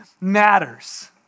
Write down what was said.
matters